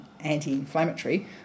anti-inflammatory